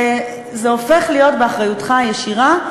וזה הופך להיות באחריותך הישירה.